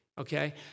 okay